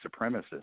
supremacists